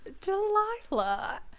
Delilah